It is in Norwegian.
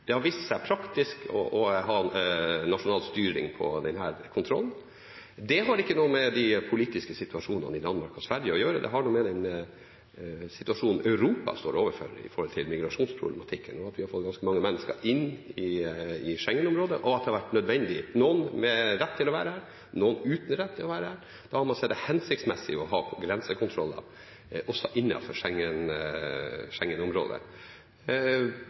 det vært lurt, og det har vist seg å være praktisk, å ha nasjonal styring av denne kontrollen. Det har ikke noe med den politiske situasjonen i Danmark og Sverige å gjøre, men har med den situasjonen Europa står overfor i migrasjonspolitikken, å gjøre, at vi har fått ganske mange mennesker inn i Schengen-området, så det har vært nødvendig. Med noen med rett og noen uten rett til å være her har man sett det hensiktsmessig å ha grensekontroller også